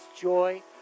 joy